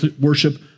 worship